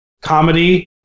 comedy